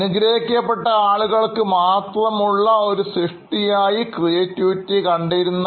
അനുഗ്രഹിക്കപ്പെട്ട ആളുകൾക്ക് മാത്രമുള്ള ഒരു സൃഷ്ടിയായി മാത്രമാണ് അക്കാലത്തെ ആളുകൾ ക്രിയേറ്റിവിറ്റി എന്നതിനെ കണ്ടിരുന്നത്